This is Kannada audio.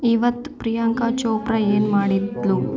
ಇವತ್ತು ಪ್ರಿಯಾಂಕಾ ಚೋಪ್ರಾ ಏನು ಮಾಡಿದಳು